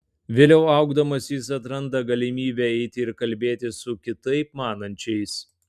vėliau augdamas jis atranda galimybę eiti ir kalbėtis su kitaip manančiais